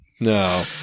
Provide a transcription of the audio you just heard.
No